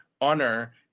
honor